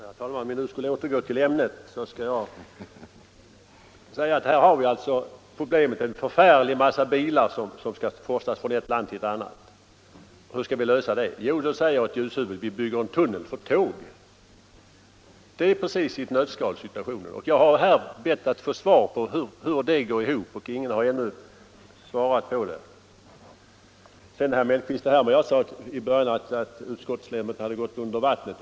Herr talman! Om vi nu skulle återgå till ämnet! Här har vi en förfärlig massa bilar som skall forslas från ett land till ett annat. Hur skall vi lösa det? Jo, säger ett ljushuvud, vi bygger en tunnel för tåg. Det är situationen i ett nötskal. Jag har här bett att få svar på hur det går ihop, men ingen har ännu svarat på den frågan. Jag sade tidigare, herr Mellqvist, att utskottets ledamöter hade gått under vattnet.